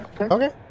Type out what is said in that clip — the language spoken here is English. okay